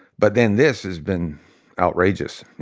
but then this has been outrageous